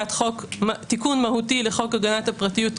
חקיקת חוק תיקון מהותי לחוק הגנת הפרטיות,